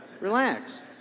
Relax